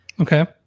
Okay